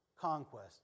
Conquest